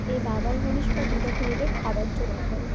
এই বাবা ধনেশ পাখি তখন এদের খাবার জোগাড় করে